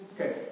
Okay